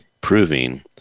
proving